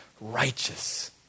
righteous